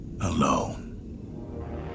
alone